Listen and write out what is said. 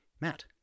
Matt